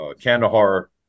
Kandahar